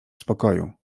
spokoju